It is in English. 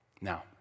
Now